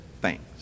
thanks